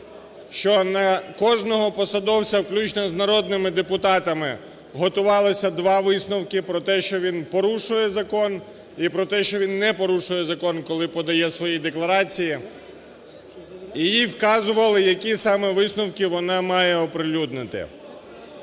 що на кожного посадовця, включно з народними депутатами, готувалися два висновки про те, що він порушує закон і про те, що він не порушує закон, коли подає свої декларації і їй вказували, які саме висновки вона має оприлюднити.